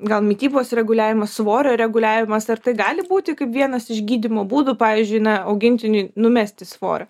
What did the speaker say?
gal mitybos reguliavimas svorio reguliavimas ar tai gali būti kaip vienas iš gydymo būdų pavyzdžiui na augintiniui numesti svorio